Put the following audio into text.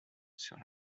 sur